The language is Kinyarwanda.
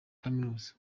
kaminuza